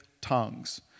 tongues